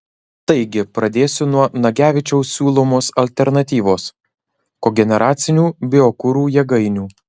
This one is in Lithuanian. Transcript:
taigi pradėsiu nuo nagevičiaus siūlomos alternatyvos kogeneracinių biokuro jėgainių